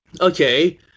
Okay